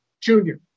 junior